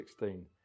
16